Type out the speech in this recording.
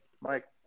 Mike